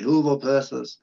pilvo presas